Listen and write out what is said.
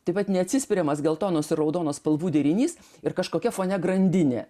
taip vat neatsispiriamas geltonos ir raudonos spalvų derinys ir kažkokia fone grandinė